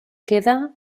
queda